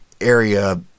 area